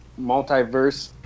multiverse